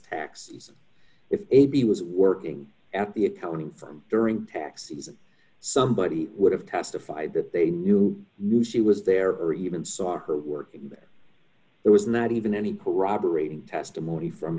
taxis if a b was working at the accounting firm during tax season somebody would have testified that they knew knew she was there or even saw her working but there was not even any corroborating d testimony from